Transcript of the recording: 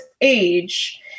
age